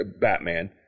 Batman